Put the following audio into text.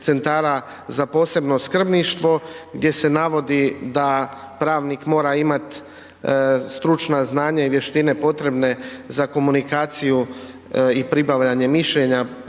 za posebno skrbništvo gdje se navodi da pravnik mora imati stručna znanja i vještine potrebne za komunikaciju i pribavljanje mišljenja